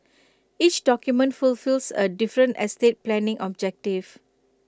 each document fulfils A different estate planning objective